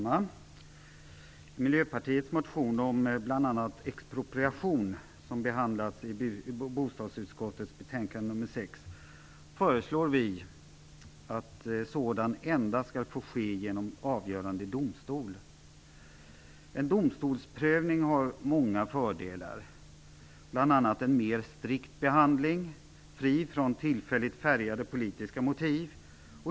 Fru talman! I Miljöpartiets motion om bl.a. expropriation som behandlas i bostadsutskottets betänkande nr 6 föreslår vi att expropriation endast skall få ske genom avgörande i domstol. En domstolsprövning har många fördelar. Bl.a. blir det en mera strikt behandling fri från tillfälligt färgade politiska motiv.